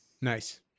Nice